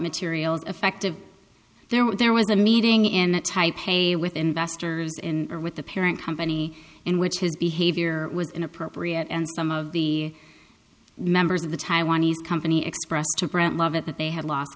materials effective there when there was a meeting in taipei with investors in or with the parent company in which his behavior was inappropriate and some of the members of the taiwanese company expressed to brant love it that they had lo